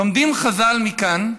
לומדים חז"ל מכאן: